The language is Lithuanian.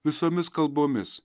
visomis kalbomis